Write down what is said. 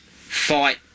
fight